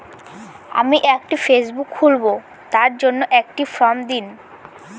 আমি একটি ফেসবুক খুলব তার জন্য একটি ফ্রম দিন?